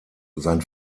sein